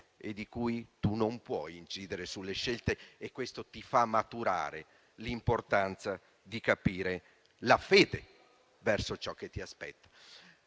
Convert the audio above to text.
cui scelte tu non puoi incidere. E questo ti fa maturare l'importanza di capire la fede verso ciò che ti aspetta.